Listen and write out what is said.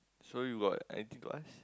so you got anything to ask